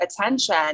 attention